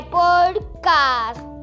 podcast